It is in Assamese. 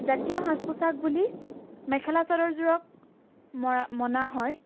জাতীয় সাজ পোচাক বুলি মেখেলা চাদৰ যোৰক মৰা মনা হয়